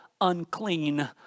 unclean